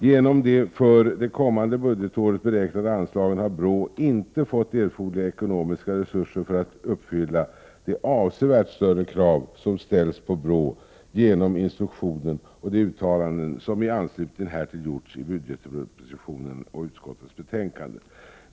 Genom de för det kommande budgetåret beräknade anslagen har BRÅ inte fått erforderliga ekonomiska resurser för att uppfylla de avsevärt större krav som ställs på BRÅ genom instruktionen och de uttalanden som i anslutning härtill gjorts i budgetpropositionen och i utskottets betänkande.